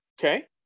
Okay